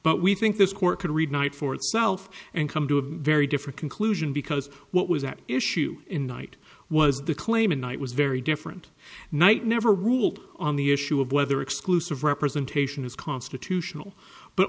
but we think this court could read night for itself and come to a very different conclusion because what was at issue in night was the claim and night was very different night never ruled on the issue of whether exclusive representation is constitutional but